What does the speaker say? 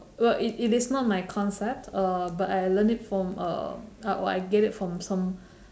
well it it is not my concept uh but I learn it from uh I get it from some